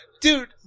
Dude